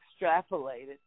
extrapolated